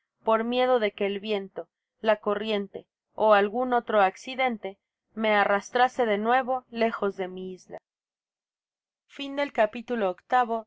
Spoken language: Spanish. por miedo de que el viento la corriente ó algun otro accidente me arrastrase de nuevo lejos de mi isla